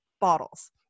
bottles